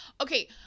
okay